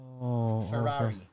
Ferrari